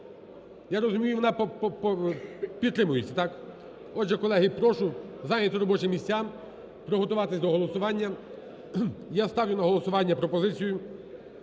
Я розумію, вона підтримується, так? Отже, колеги, прошу зайняти робочі місця, приготуватися до голосування. І я ставлю на голосування пропозицію